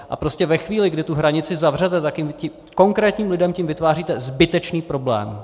A prostě ve chvíli, kdy tu hranici zavřete, tak těm konkrétním lidem tím vytváříte zbytečný problém.